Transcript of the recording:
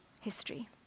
history